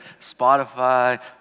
Spotify